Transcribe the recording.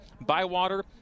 Bywater